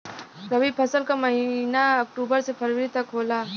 रवी फसल क महिना अक्टूबर से फरवरी तक होला